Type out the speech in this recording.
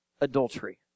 adultery